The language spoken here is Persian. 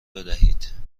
بدهید